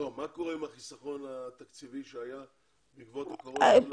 מה קורה עם החיסכון התקציבי שהיה בעקבות הקורונה?